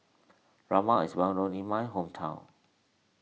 Rajma is well known in my hometown